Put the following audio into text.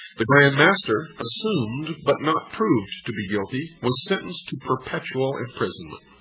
the grand master, assumed but not proved to be guilty, was sentenced to perpetual imprisonment.